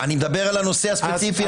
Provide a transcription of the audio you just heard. אני מדבר על הנושא הספציפי הזה.